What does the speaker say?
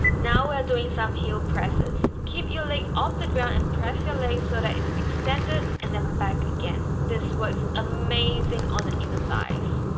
now we are doing some heel presses keep your leg off the ground and press your leg so that it's extended and then back again. this works amazing on the inner thighs